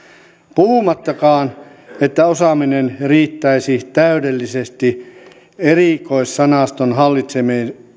puhumattakaan siitä että osaaminen riittäisi täydellisesti erikoissanaston hallitsemiseen